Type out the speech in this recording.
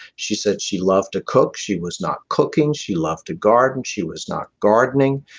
she said she loved to cook, she was not cooking. she loved to garden, she was not gardening.